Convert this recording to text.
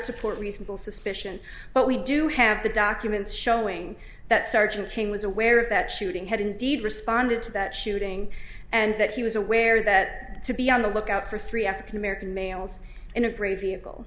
support reasonable suspicion but we do have the documents showing that sergeant king was aware of that shooting had indeed responded to that shooting and that he was aware that to be on the lookout for three african american males in a gray vehicle